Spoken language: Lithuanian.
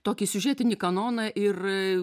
tokį siužetinį kanoną ir